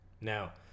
Now